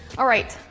alright,